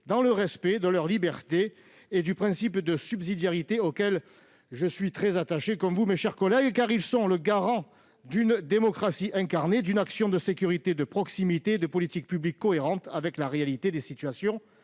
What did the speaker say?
dans le respect de leurs libertés et du principe de subsidiarité auquel je suis, comme vous, mes chers collègues, très attaché, car ils sont le garant d'une démocratie incarnée, d'une action de sécurité de proximité et d'une politique publique cohérente avec la réalité des situations